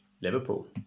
Liverpool